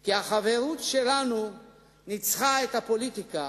כי החברות שלנו ניצחה את הפוליטיקה,